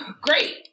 great